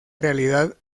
realidad